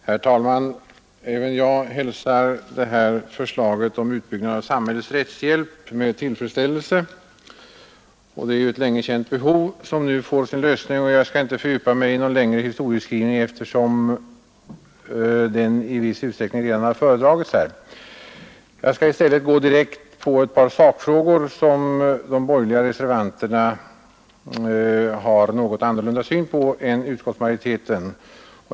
Herr talman! Även jag hälsar det här förslaget om utbyggnad av samhällets rättshjälp med tillfredsställelse. Det är ju ett länge känt behov som nu fylls, men jag skall inte fördjupa mig i någon längre historieskrivning, eftersom en sådan i viss utsträckning redan har gjorts. I stället skall jag gå direkt på ett par sakfrågor som de borgerliga reservanterna har en något avvikande syn på i förhållande till utskottsmajoriteten.